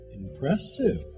Impressive